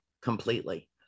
completely